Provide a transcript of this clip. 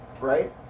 right